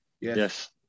Yes